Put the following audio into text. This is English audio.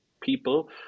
people